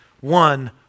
one